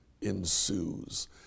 ensues